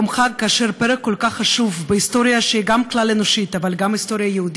כאשר פרק כל כך חשוב בהיסטוריה שהיא גם כלל-אנושית אבל גם יהודית